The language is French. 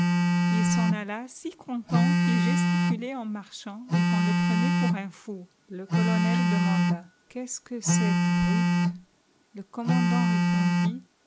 il s'en alla si content qu'il gesticulait en marchant et qu'on le prenait pour un fou le colonel demanda qu'est-ce que cette brute le commandant répondit